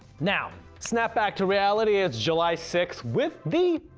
now snap back to reality it's july sixth with the,